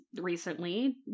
recently